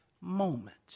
moment